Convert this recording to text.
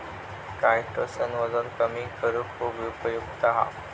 chitosan वजन कमी करुक खुप उपयुक्त हा